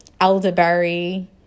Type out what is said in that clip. elderberry